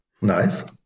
Nice